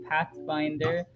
Pathfinder